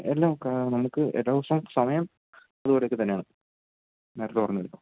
എല്ലാവോക്കേ നമുക്ക് എടോസം സമയം ഇതുപോലൊക്കെത്തന്നാണ് നേരത്തേ പറഞ്ഞല്ലോ